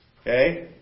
Okay